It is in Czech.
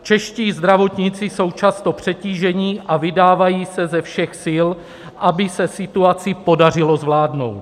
Čeští zdravotníci jsou často přetíženi a vydávají se ze všech sil, aby se situaci podařilo zvládnout.